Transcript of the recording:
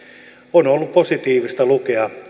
on ollut positiivista lukea